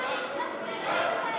(מאיר כהן)